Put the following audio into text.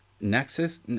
Nexus